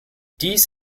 dies